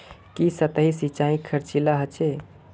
की सतही सिंचाई खर्चीला ह छेक